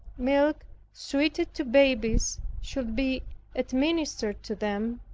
milk suited to babies should be administered to them